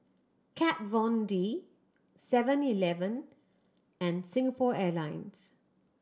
Kat Von D Seven Eleven and Singapore Airlines